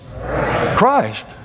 Christ